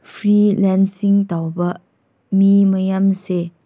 freelancing ꯇꯧꯕ ꯃꯤ ꯃꯌꯥꯝꯁꯦ